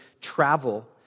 travel